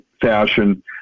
fashion